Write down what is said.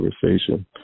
conversation